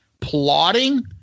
Plotting